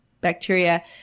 bacteria